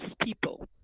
people